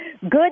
Good